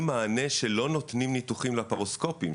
מענה שלא נותנים ניתוחים לפרוסקופיים,